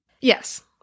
Yes